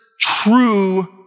true